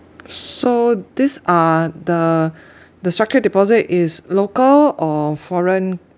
s~ so these are the the structured deposit is local or foreign